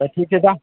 तऽ ठीक छै तऽ